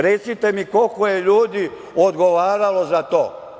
Recite mi, koliko je ljudi odgovaralo za to?